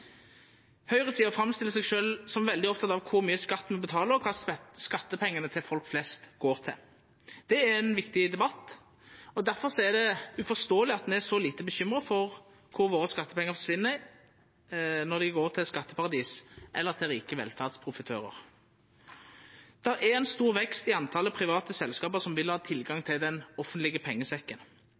seg sjølv som veldig opptatt av kor mykje skatt ein betaler, og kva skattepengane til folk flest går til. Det er ein viktig debatt, og difor er det uforståeleg at ein er så lite bekymra for kvar skattepengane våre forsvinn når dei går til skatteparadis eller til rike velferdsprofitørar. Det er ein stor vekst i talet på private selskap som vil ha tilgang til den offentlege pengesekken.